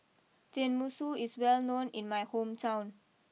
Tenmusu is well known in my hometown